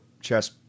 chess